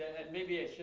and maybe i